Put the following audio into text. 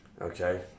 Okay